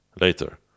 Later